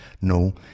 no